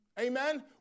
Amen